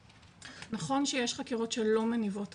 נכון שיש חקירות שלא מניבות תוצאות.